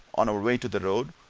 on our way to the road,